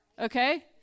Okay